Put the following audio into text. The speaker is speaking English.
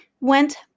went